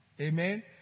Amen